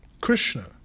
Krishna